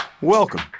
Welcome